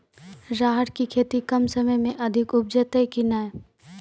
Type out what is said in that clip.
राहर की खेती कम समय मे अधिक उपजे तय केना?